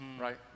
right